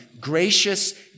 gracious